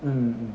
mm mm